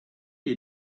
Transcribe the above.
you